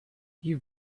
you